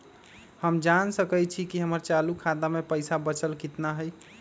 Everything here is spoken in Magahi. हम जान सकई छी कि हमर चालू खाता में पइसा बचल कितना हई